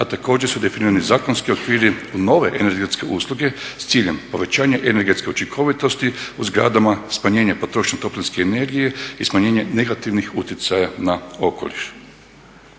a također su definirani zakonski okviri nove energetske usluge s ciljem povećanja energetske učinkovitosti u zgradama smanjenje potrošnje toplinske energije i smanjenje negativnih utjecaja na okoliš.